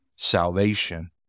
salvation